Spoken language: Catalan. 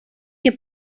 que